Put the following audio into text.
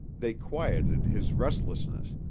they quieted his restlessness,